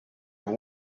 have